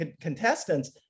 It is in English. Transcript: contestants